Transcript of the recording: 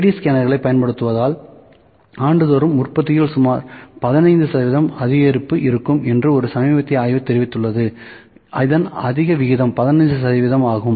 3D ஸ்கேனர்களைப் பயன்படுத்துவதால் ஆண்டுதோறும் உற்பத்தியில் சுமார் 15 சதவீதம் அதிகரிப்பு இருக்கும் என்று ஒரு சமீபத்திய ஆய்வு தெரிவித்துள்ளது இதன் அதிக விகிதம் 15 சதவீதம் ஆகும்